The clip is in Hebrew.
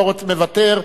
לא, מוותר.